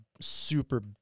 super